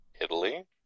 Italy